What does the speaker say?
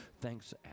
thanks